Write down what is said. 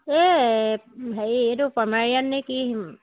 এই হেৰি এইটো পমেৰিয়ান নে কি